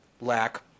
lack